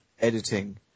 editing